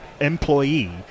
employee